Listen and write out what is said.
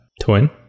twin